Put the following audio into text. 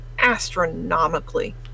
astronomically